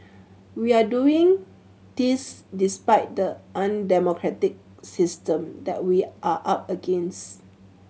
we are doing this despite the undemocratic system that we are up against